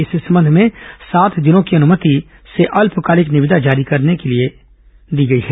इस संबंध में सात दिनों की अनुमति अल्पकालीन निविदा जारी करने के लिए दी गई है